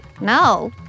No